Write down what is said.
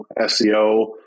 SEO